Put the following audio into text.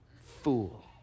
fool